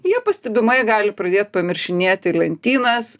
jie pastebimai gali pradėt pamiršinėti lentynas